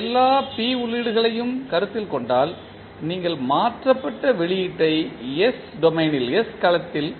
எல்லா p உள்ளீடுகளையும் கருத்தில் கொண்டால் நீங்கள் மாற்றப்பட்ட வெளியீட்டை s களத்தில்